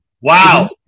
Wow